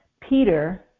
Peter